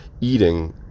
eating